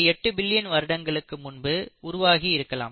8 billion வருடங்களுக்கு முன்பு உருவாகி இருக்கலாம்